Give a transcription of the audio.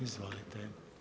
Izvolite.